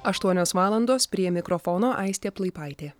aštuonios valandos prie mikrofono aistė plaipaitė